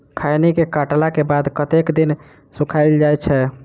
खैनी केँ काटला केँ बाद कतेक दिन सुखाइल जाय छैय?